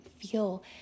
feel